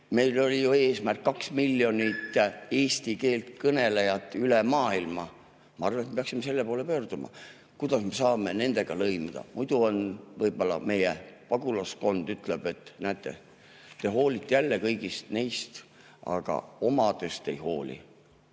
Meil oli ju eesmärk 2 miljonit eesti keele kõnelejat üle maailma. Ma arvan, et me peaksime selle poole püüdlema. Kuidas me saame nendega lõimuda? Muidu võib-olla meie pagulaskond ütleb, et näete, te hoolite jälle kõigist neist, aga omadest ei hooli.